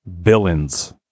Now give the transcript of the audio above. villains